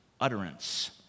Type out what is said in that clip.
utterance